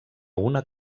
una